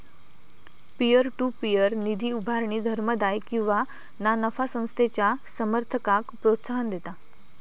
peer to peer निधी उभारणी धर्मादाय किंवा ना नफा संस्थेच्या समर्थकांक प्रोत्साहन देता